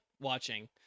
watching